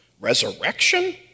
Resurrection